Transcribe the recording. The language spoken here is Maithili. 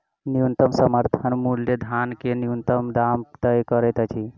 न्यूनतम समर्थन मूल्य धान के न्यूनतम दाम तय करैत अछि